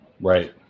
Right